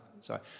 Sorry